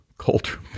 culture